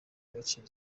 agaciro